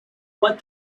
what